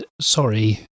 sorry